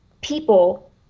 people